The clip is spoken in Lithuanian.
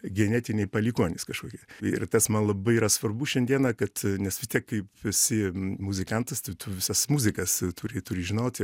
genetiniai palikuonys kažkokie ir tas man labai yra svarbu šiandieną kad nes vis tiek kaip esi muzikantas tai tu visas muzikas turi turi žinot